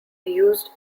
used